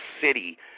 city